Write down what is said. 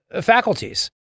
faculties